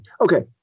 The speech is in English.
Okay